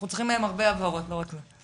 אנחנו צריכים מהם הרבה הבהרות, לא רק זה.